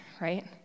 right